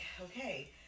okay